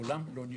שקולם לא נשמע.